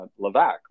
Lavac